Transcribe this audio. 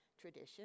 tradition